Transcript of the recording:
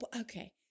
okay